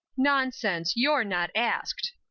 nonsense, you're not asked.